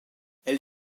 elle